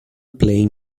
playing